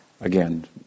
Again